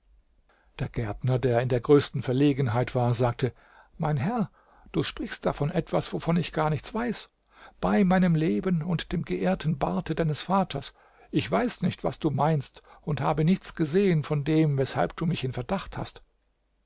der gärtner der in der größten verlegenheit war sagte mein herr du sprichst da von etwas wovon ich gar nichts weiß bei meinem leben und dem geehrten barte deines vaters ich weiß nicht was du meinst und habe nichts gesehen von dem weshalb du mich in verdacht hast